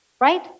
right